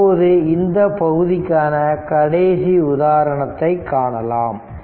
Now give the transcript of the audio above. இப்போது இந்த பகுதிக்கான கடைசி உதாரணத்தை காணலாம்